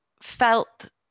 felt